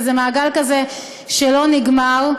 וזה מעגל כזה שלא נגמר.